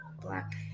black